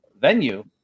venue